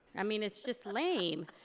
i mean, it's just lame.